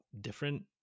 different